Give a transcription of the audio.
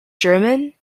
german